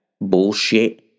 bullshit